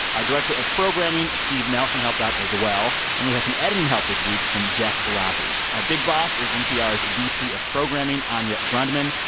our director of programming, steve nelson, helped out, as well. and we had some editing help this week from jeff rogers. our big boss is npr's vp of programming, anya grundmann.